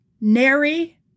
Nary